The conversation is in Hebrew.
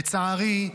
לצערי,